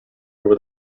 over